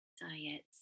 diets